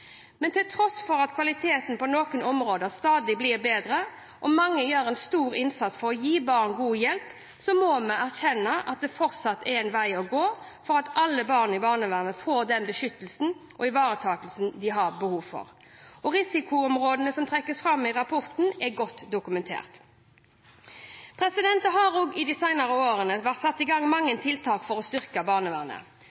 Men til tross for at kvaliteten på noen områder stadig blir bedre og mange gjør en stor innsats for å gi barn god hjelp, må vi erkjenne at det fortsatt er en vei å gå for at alle barn i barnevernet får den beskyttelsen og ivaretakelsen de har behov for. Risikoområdene som trekkes fram i rapporten, er godt dokumentert. Det har i de senere årene vært satt i gang mange